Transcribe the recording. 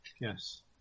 Yes